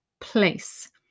place